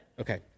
Okay